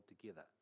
together